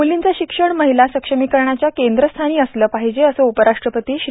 म्लींचे शिक्षण महिला सक्षमीकरणाच्या केंद्रस्थानी असले पाहिजे असे उपराष्ट्रपती श्री